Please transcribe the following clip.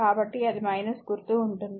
కాబట్టి అది గుర్తు ఉంటుంది